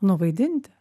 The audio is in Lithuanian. nu vaidinti